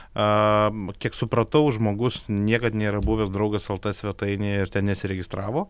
a kiek supratau žmogus niekad nėra buvęs draugas lt svetainėje ir nesiregistravo